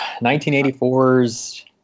1984's